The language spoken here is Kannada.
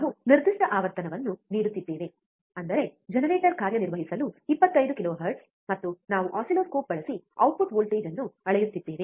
ನಾವು ನಿರ್ದಿಷ್ಟ ಆವರ್ತನವನ್ನು ನೀಡುತ್ತಿದ್ದೇವೆ ಅಂದರೆ ಜನರೇಟರ್ ಕಾರ್ಯನಿರ್ವಹಿಸಲು 25 ಕಿಲೋಹೆರ್ಟ್ಜ್ ಮತ್ತು ನಾವು ಆಸಿಲ್ಲೋಸ್ಕೋಪ್ ಬಳಸಿ ಔಟ್ಪುಟ್ ವೋಲ್ಟೇಜ್ ಅನ್ನು ಅಳೆಯುತ್ತಿದ್ದೇವೆ